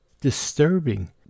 disturbing